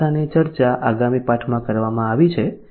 આ પાસાની ચર્ચા આગામી પાઠમાં કરવામાં આવી છે